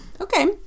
Okay